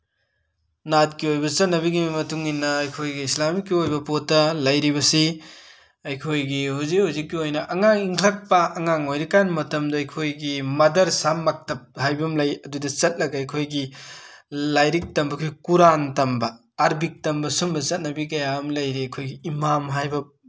ꯅꯥꯠꯀꯤ ꯑꯣꯏꯕ ꯆꯠꯅꯕꯤꯒꯤ ꯃꯇꯨꯡꯏꯟꯅ ꯑꯩꯈꯣꯏꯒꯤ ꯏꯁꯂꯥꯃꯤꯛꯀꯤ ꯑꯣꯏꯕ ꯄꯣꯠꯇ ꯂꯩꯔꯤꯕꯁꯤ ꯑꯩꯈꯣꯏꯒꯤ ꯍꯧꯖꯤꯛ ꯍꯧꯖꯤꯛꯀꯤ ꯑꯣꯏꯅ ꯑꯉꯥꯡ ꯏꯟꯈꯠꯂꯛꯄ ꯑꯉꯥꯡ ꯑꯣꯏꯔꯤꯀꯥꯟ ꯃꯇꯝꯗ ꯑꯩꯈꯣꯏꯒꯤ ꯃꯥꯗꯔ ꯁꯥꯃꯛꯇꯞ ꯍꯥꯏꯕ ꯑꯃ ꯂꯩ ꯑꯗꯨꯗ ꯆꯠꯂꯒ ꯑꯩꯈꯣꯏꯒꯤ ꯂꯥꯏꯔꯤꯛ ꯇꯝꯕꯒꯤ ꯀꯨꯔꯥꯟ ꯇꯝꯕ ꯑꯥꯔꯕꯤꯛ ꯇꯝꯕ ꯁꯨꯝꯕ ꯆꯠꯅꯕꯤ ꯀꯌꯥ ꯑꯃ ꯂꯩꯔꯤ ꯑꯩꯈꯣꯏꯒꯤ ꯏꯃꯥꯝ ꯍꯥꯏꯕ